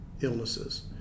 illnesses